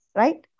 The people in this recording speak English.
right